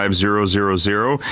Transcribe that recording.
um zero, zero, zero,